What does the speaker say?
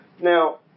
Now